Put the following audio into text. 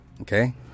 Okay